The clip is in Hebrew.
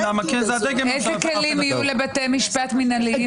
איזה כלים יהיו לבתי משפט מינהליים?